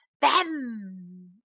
bam